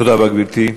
תודה רבה, גברתי.